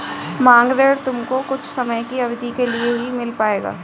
मांग ऋण तुमको कुछ समय की अवधी के लिए ही मिल पाएगा